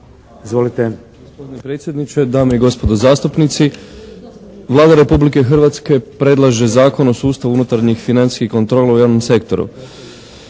Izvolite.